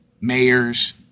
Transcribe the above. mayors